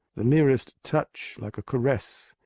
the merest touch, like a caress,